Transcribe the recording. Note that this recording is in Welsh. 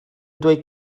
dweud